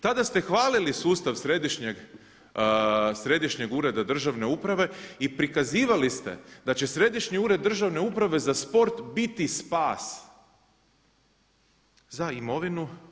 Tada ste hvalili sustav Središnjeg ureda državne uprave i prikazivali ste da će Središnji ured državne uprave za sport biti spas za imovinu.